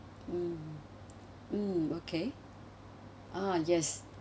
mm mm okay ah yes